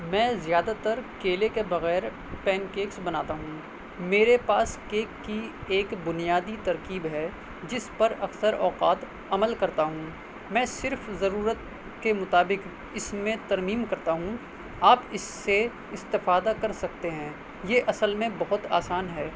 میں زیادہ تر کیلے کے بغیر پین کیک بناتا ہوں میرے پاس کیک کی ایک بنیادی ترکیب ہے جس پر اکثر اوقات عمل کرتا ہوں میں صرف ضرورت کے مطابق اس میں ترمیم کرتا ہوں آپ اس سے استفادہ کر سکتے ہیں یہ اصل میں بہت آسان ہے